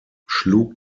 schlug